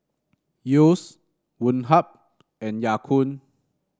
Yeo's Woh Hup and Ya Kun